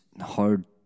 hard